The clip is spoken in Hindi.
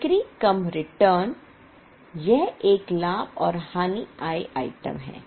बिक्री कम रिटर्न यह एक लाभ और हानि आय आइटम है